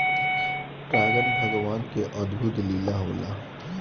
परागन भगवान के अद्भुत लीला होला